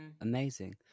amazing